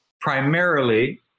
primarily